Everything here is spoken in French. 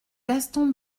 gaston